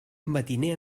mariner